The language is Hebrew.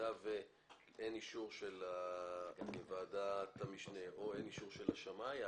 במידה ואין אישור של ועדת המשנה או אין אישור של השמאי הראשי,